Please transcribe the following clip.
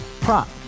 prop